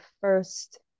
first